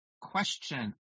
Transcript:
Question